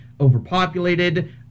overpopulated